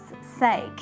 sake